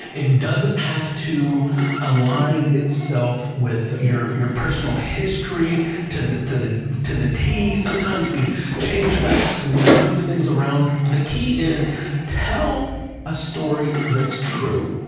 it doesn't have to align itself with your your personal history to the to the t. sometimes we change facts and we move things around. the key is to tell a story that's true.